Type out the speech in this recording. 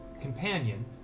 companion